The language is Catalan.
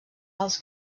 alts